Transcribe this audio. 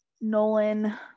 Nolan